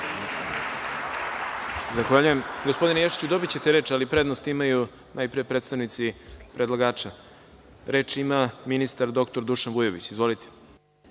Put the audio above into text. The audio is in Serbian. Zahvaljujem. Gospodine Ješiću, dobićete reč, ali prednost imaju najpre predstavnici predlagača. Reč ima ministar dr Dušan Vujović. Izvolite.